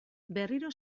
berriro